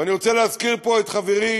ואני רוצה להזכיר פה את חברי,